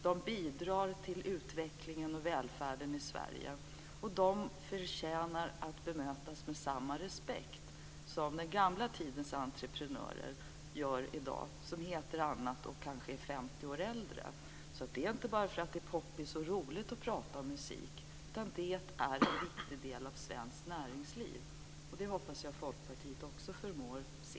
De bidrar till utvecklingen och välfärden i Sverige och förtjänar att bemötas med samma respekt som den gamla tidens entreprenörer bemöts med i dag, som heter annat och kanske är 50 år äldre. Det är alltså inte bara poppis och roligt att prata om musik, utan det är en viktig del av svenskt näringsliv. Det hoppas jag att Folkpartiet också förmår se.